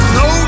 no